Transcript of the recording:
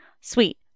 Sweet